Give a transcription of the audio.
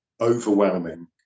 overwhelming